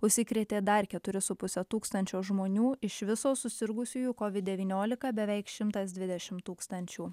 užsikrėtė dar keturi su puse tūkstančio žmonių iš viso susirgusiųjų covid devyniolika beveik šimtas dvidešim tūkstančių